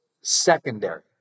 secondary